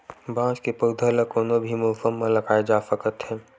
बांस के पउधा ल कोनो भी मउसम म लगाए जा सकत हे